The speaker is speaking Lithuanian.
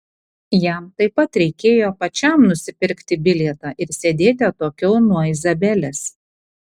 jam taip pat reikėjo pačiam nusipirkti bilietą ir sėdėti atokiau nuo izabelės